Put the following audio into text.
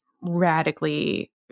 radically